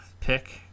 pick –